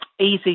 easy